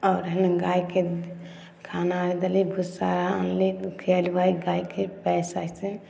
आओर हइ गायके खाना आर देली भूस्सा आनली खीयबै गायके पैसा से